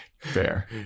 Fair